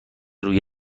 روی